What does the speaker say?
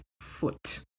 foot